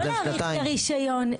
לא להאריך את הרשיון.